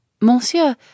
Monsieur